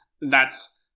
that's-